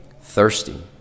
thirsty